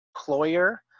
employer